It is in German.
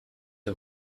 der